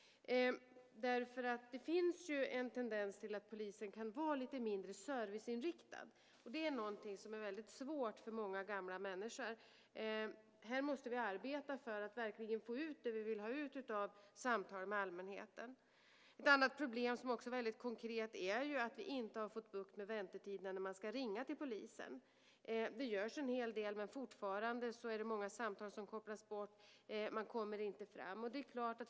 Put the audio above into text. Det finns ju en tendens till att polisen kan vara lite mindre serviceinriktad, och det är någonting som är väldigt svårt för många gamla människor. Här måste vi arbeta för att verkligen få ut det vi vill ha ut av samtal med allmänheten. Ett annat problem som är väldigt konkret är att vi inte har fått bukt med väntetiderna när man ringer till polisen. Det görs en hel del, men fortfarande kopplas många samtal bort och man kommer inte fram.